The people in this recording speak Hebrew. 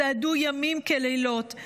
צעדו ימים ולילות,